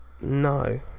No